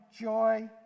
joy